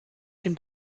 den